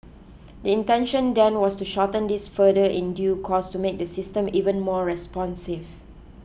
the intention then was to shorten this further in due course to make the system even more responsive